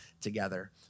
together